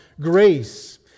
grace